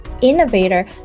innovator